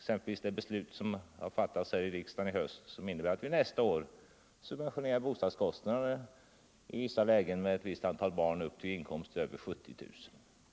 I höst har vi exempelvis fattat ett beslut som innebär att vi nästa år subventionerar bostadskostnaderna för människor med över 70 000 kronor i inkomst, om de har ett visst antal barn.